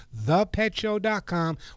ThePetShow.com